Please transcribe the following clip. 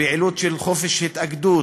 פעילות של חופש התאגדות,